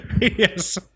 Yes